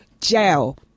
jail